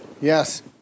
yes